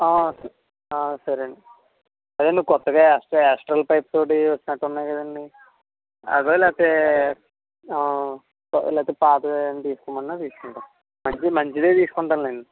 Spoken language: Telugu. సరే అండి అదే అండి కొత్తగా యాస్ట్రల్ యాస్ట్రల్ పైప్స్ ఒకటి వచ్చినట్టు ఉన్నాయి కదండి అవా లేకపోతే లేకపోతే పాతవి ఏమన్న తీసుకోమన్న తీసుకుంటాను అయితే మంచిది తీసుకుంటాను లేండి